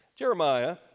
Jeremiah